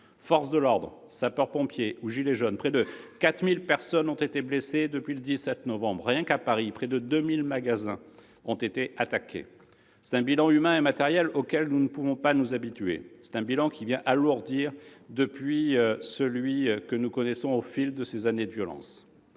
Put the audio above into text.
Forces de l'ordre, sapeurs-pompiers ou « gilets jaunes », près de 4 000 personnes ont été blessées depuis le 17 novembre dernier. Rien qu'à Paris près de 2 000 magasins ont été attaqués. C'est un bilan humain et matériel auquel nous ne pouvons pas nous habituer ; et c'est un bilan qui s'alourdit au fil des années de violences.